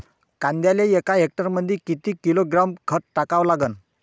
कांद्याले एका हेक्टरमंदी किती किलोग्रॅम खत टाकावं लागन?